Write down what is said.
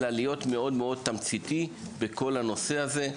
אלא להיות מאוד מאוד תמציתי בכל הנושא הזה.